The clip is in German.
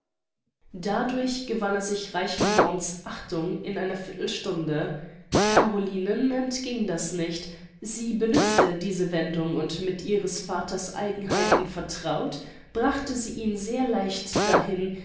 dadurch gewann er sich reichenborn's achtung in einer viertelstunde carolinen entging das nicht sie benützte diese wendung und mit ihres vaters eigenheiten vertraut brachte sie ihn sehr leicht dahin